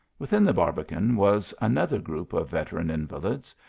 within the barbican was another groupe of veteran invalids,